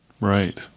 Right